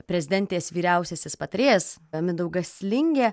prezidentės vyriausiasis patarėjas mindaugas lingė